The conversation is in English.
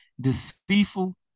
deceitful